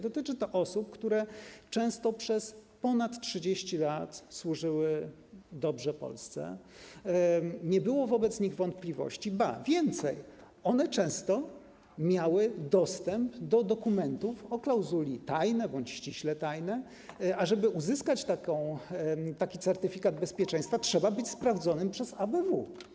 Dotyczy to osób, które często przez ponad 30 lat dobrze służyły Polsce, nie było wobec nich wątpliwości, ba, więcej, które często miały dostęp do dokumentów o klauzuli ˝tajne˝ bądź ˝ściśle tajne˝, a żeby uzyskać taki certyfikat bezpieczeństwa, trzeba być sprawdzonym przez ABW.